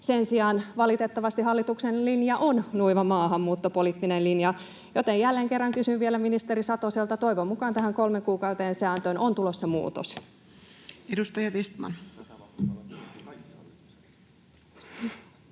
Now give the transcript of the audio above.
Sen sijaan, valitettavasti, hallituksen linja on nuiva maahanmuuttopoliittinen linja, joten jälleen kerran kysyn vielä ministeri Satoselta: toivon mukaan tähän kolmen kuukauden sääntöön on tulossa muutos. Edustaja Vestman.